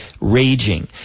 raging